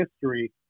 history